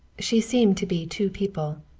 she seemed to be two people.